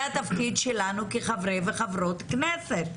זה התפקיד שלנו כחברי וחברות כנסת,